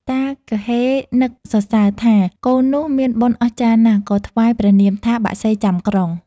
តាគហ៊េនឹកសរសើរថា កូននោះមានបុណ្យអស្ចារ្យណាស់ ក៏ថ្វាយព្រះនាមថា " បក្សីចាំក្រុង " ។